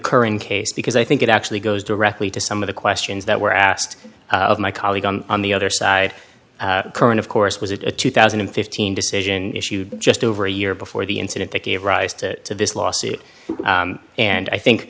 current case because i think it actually goes directly to some of the questions that were asked of my colleague on the other side current of course was it a two thousand and fifteen decision issued just over a year before the incident that gave rise to this lawsuit and i think